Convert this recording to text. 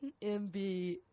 MB